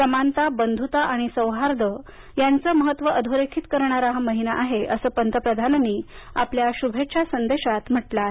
समानता बंधुता आणि सौहार्द यांचं महत्त्व अधोरेखित करणारा हा महिना आहेअसं पंतप्रधानांनी आपल्या शुभेच्छा संदेशात म्हटलं आहे